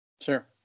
Sure